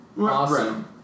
Awesome